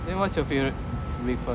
then what's your favourite breakfast